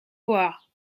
voir